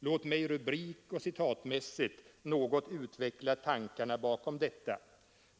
Låt mig rubrikoch citatmässigt något utveckla tankarna bakom detta.